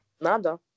Nada